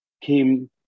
came